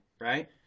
right